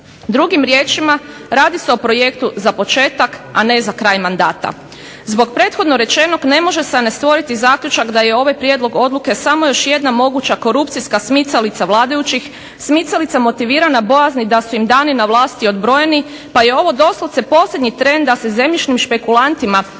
Drugim riječima, radi se o projektu za početak, a ne za kraj mandata. Zbog prethodno rečenog ne može a ne stvoriti zaključak da je ovaj prijedlog odluke samo još jedna moguća korupcijska smicalica vladajućih, smicalica motivirana bojazni da su im dani na vlasti odbrojeni pa je ovo doslovce posljednji tren da se zemljišnim špekulantima koji